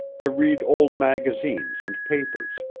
to read old magazines and papers,